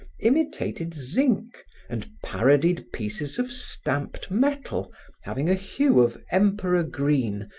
imitated zinc and parodied pieces of stamped metal having a hue of emperor green,